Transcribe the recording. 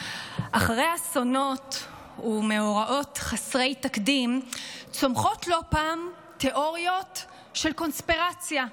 אחרי אסונות ומאורעות חסרי תקדים צומחות לא פעם תיאוריות של קונספירציה,